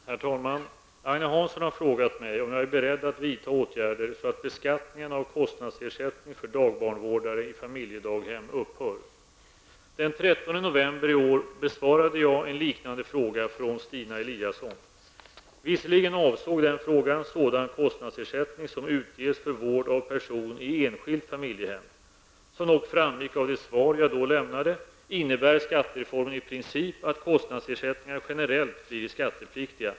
Herr talman! Agne Hansson har frågat mig om jag är beredd att vidta åtgärder så att beskattningen av kostnadsersättning för dagbarnvårdare i familjedaghem upphör. Den 13 november i år besvarade jag en liknande fråga från Stina Eliasson. Visserligen avsåg den frågan sådan kostnadsersättning som utges för vård av person i enskilt familjehem. Som dock framgick av det svar jag då lämnade innebär skattereformen i princip att kostnadsersättningar generellt blir skattepliktiga.